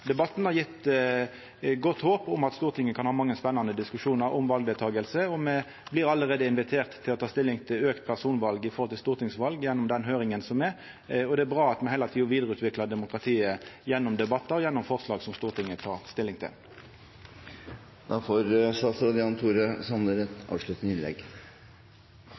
debatten har gitt godt håp om at Stortinget kan ha mange spennande diskusjonar om valdeltaking. Me er allereie inviterte til å ta stilling til personval ved stortingsval gjennom den høyringa som er, og det er bra at me heile tida vidareutviklar demokratiet gjennom debattar og gjennom forslag som Stortinget tek stilling